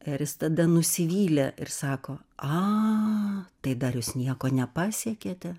ir jis tada nusivylė ir sako a tai dar jūs nieko nepasiekėte